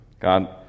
God